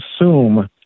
assume